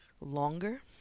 longer